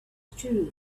true